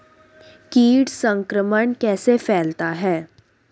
कीट संक्रमण कैसे फैलता है?